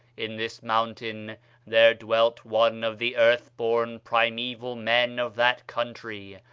in this mountain there dwelt one of the earth-born primeval men of that country,